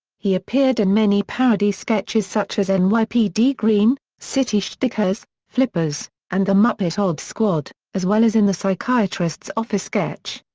he appeared in many parody sketches such as nypd green, city schtickers, flippers, and the muppet odd squad, as well as in the psychiatrist's office sketch.